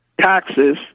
taxes